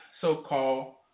so-called